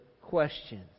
question